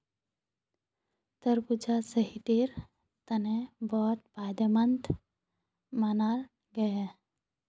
तरबूजा सेहटेर तने बहुत फायदमंद मानाल गहिये